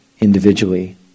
individually